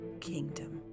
kingdom